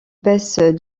baisse